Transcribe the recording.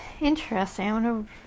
Interesting